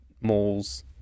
malls